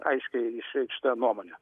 aiškiai išreikšta nuomonė